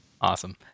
awesome